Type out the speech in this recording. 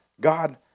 God